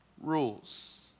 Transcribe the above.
rules